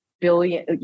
billion